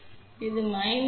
இது 10 டி